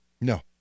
No